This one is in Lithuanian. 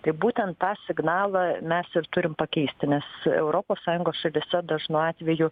tai būtent tą signalą mes ir turim pakeisti nes europos sąjungos šalyse dažnu atveju